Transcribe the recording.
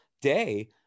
day